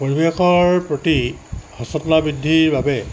পৰিৱেশৰ প্ৰতি সচেতনা বৃদ্ধিৰ বাবে